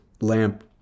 lamp